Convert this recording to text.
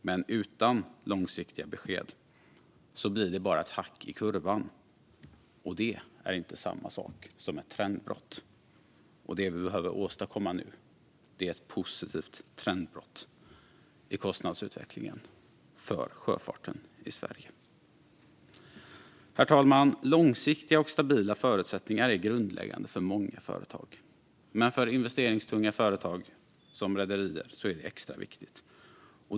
Men utan långsiktiga besked blir det bara ett hack i kurvan, och det är inte samma sak som ett trendbrott. Och det vi behöver åstadkomma nu är just ett positivt trendbrott i kostnadsutvecklingen för sjöfarten i Sverige. Herr talman! Långsiktiga och stabila förutsättningar är grundläggande för många företag. Men för investeringstunga företag som rederier är det extra viktigt.